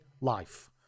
life